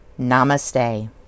Namaste